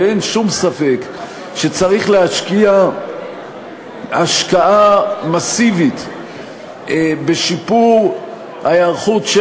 אין שום ספק שצריך להשקיע השקעה מסיבית בשיפור ההיערכות של